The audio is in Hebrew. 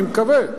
אני מקווה.